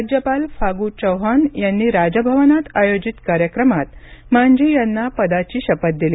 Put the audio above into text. राज्यपाल फागू चौहान यांनी राजभवनात आयोजित कार्यक्रमात मांझी यांना पदाची शपथ दिली